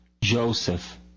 Joseph